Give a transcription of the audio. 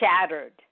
shattered